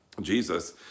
Jesus